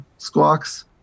Squawks